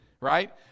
Right